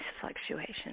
fluctuation